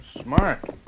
smart